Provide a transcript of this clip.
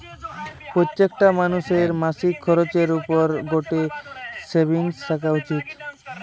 প্রত্যেকটা মানুষের মাসিক খরচের পর গটে সেভিংস থাকা উচিত